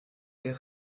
der